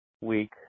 week